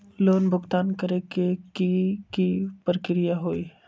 Loan भुगतान करे के की की प्रक्रिया होई?